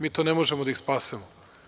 Mi to ne možemo da ih spasemo.